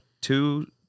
two